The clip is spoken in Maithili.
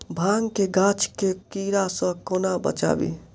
भांग केँ गाछ केँ कीड़ा सऽ कोना बचाबी?